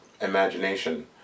imagination